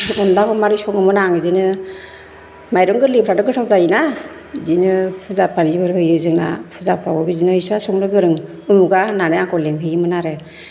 अनलाखौ माबोरै सङोमोन आं बिदिनो माइरं गोरलैफ्राथ' गोथाव जायोना बिदिनो फुजा फानिफोर होयो जोंहा फुजाफ्रावबो बिदिनो बिस्रा संनो गोरों उमुखआ होननानै आंखौ लिंहैयोमोन आरो